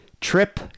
Trip